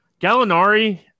Gallinari